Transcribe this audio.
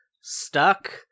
stuck